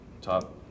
top